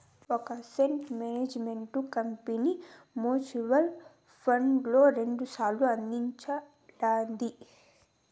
ఒక asset management company mutual funds లో రెండు ప్లాన్లు అందిస్తుండాది